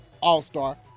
all-star